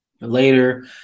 later